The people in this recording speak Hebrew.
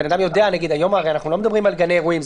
הרי היום אנחנו לא מדברים על גני אירועים.